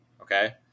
Okay